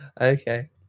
Okay